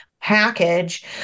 package